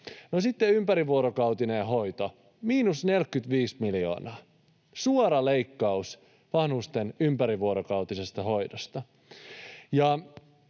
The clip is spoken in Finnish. Sitten ympärivuorokautinen hoito: miinus 45 miljoonaa. Suora leikkaus vanhusten ympärivuorokautisesta hoidosta.